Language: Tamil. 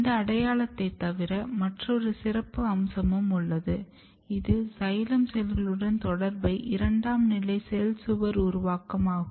இந்த அடையாளத்தைத் தவிர மற்றொரு சிறப்பு அம்சமும் உள்ளது இது சைலேம் செல்களுடன் தொடர்புடைய இரண்டாம் நிலை செல் சுவர் உருவாக்கம் ஆகும்